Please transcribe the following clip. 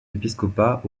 épiscopat